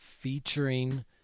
featuring